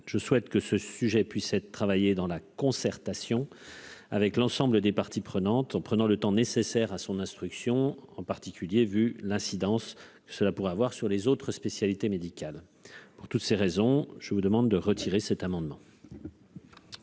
je souhaite que ce sujet puis être travailler dans la concertation avec l'ensemble des parties prenantes, en prenant le temps nécessaire à son instruction en particulier vu l'incidence cela pourrait avoir sur les autres spécialités médicales pour toutes ces raisons, je vous demande de retirer cet amendement.